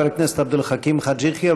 חבר הכנסת עבד אל חכים חאג' יחיא,